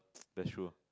the truth